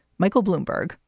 michael bloomberg,